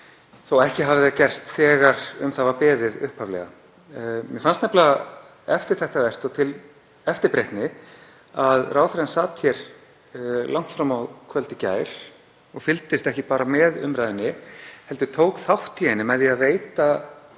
þótt ekki hafi það gerst þegar um það var beðið upphaflega. Mér fannst nefnilega eftirtektarvert og til eftirbreytni að ráðherrann sæti hér langt fram á kvöld í gær og fylgdist ekki bara með umræðunni heldur tæki þátt í henni með því að veita